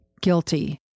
guilty